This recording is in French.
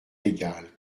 légales